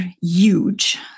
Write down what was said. huge